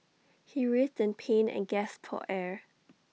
he writhed in pain and gasped for air